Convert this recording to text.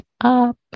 up